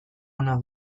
ona